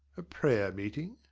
a prayer-meeting?